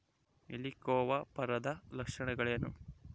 ಹೆಲಿಕೋವರ್ಪದ ಲಕ್ಷಣಗಳೇನು?